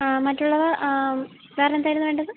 ആ മറ്റുള്ളവ വേറെ എന്തായിരുന്നു വേണ്ടത്